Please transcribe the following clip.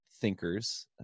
thinkers